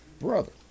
brother